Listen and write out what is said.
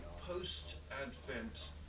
post-Advent